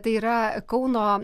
tai yra kauno